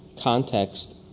context